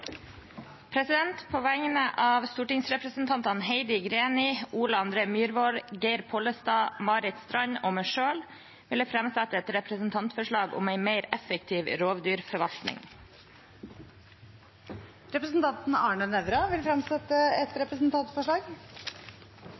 På vegne av stortingsrepresentantene Heidi Greni, Ole André Myhrvold, Geir Pollestad, Marit Knutsdatter Strand og meg selv vil jeg framsette et representantforslag om en mer effektiv rovdyrforvaltning. Representanten Arne Nævra vil fremsette et representantforslag.